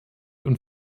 und